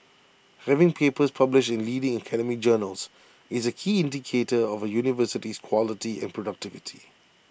having papers published in leading academic journals is A key indicator of A university's quality and productivity